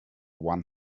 one